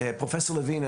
פרופסור לוין,